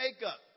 makeup